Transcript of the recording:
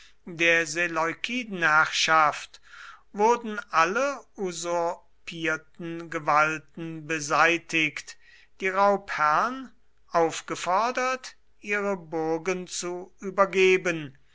der seleukidenherrschaft wurden alle usurpierten gewalten beseitigt die raubherren aufgefordert ihre burgen zu übergeben